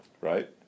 Right